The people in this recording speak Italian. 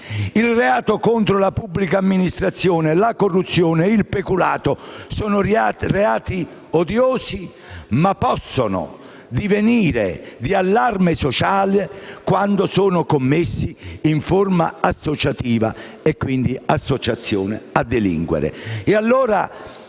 Il reato contro la pubblica amministrazione, la corruzione, il peculato sono reati odiosi ma possono divenire di allarme sociale solo quando sono commessi in forma associativa, e quindi come associazione a delinquere.